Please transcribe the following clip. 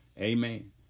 amen